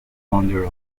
founder